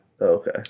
Okay